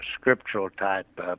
scriptural-type